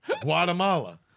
Guatemala